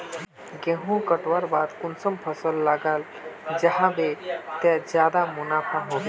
गेंहू कटवार बाद कुंसम फसल लगा जाहा बे ते ज्यादा मुनाफा होबे बे?